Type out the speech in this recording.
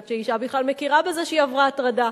עד שהאשה בכלל מכירה בזה שהיא עברה הטרדה,